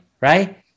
right